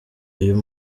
uyu